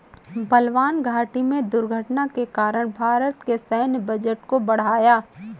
बलवान घाटी में दुर्घटना के कारण भारत के सैन्य बजट को बढ़ाया